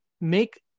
make